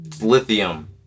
lithium